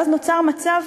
ואז נוצר מצב